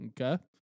Okay